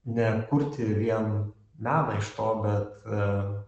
nekurti vien meną iš to bet